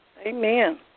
Amen